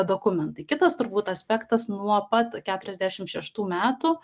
dokumentai kitas turbūt aspektas nuo pat keturiasdešim šeštų metų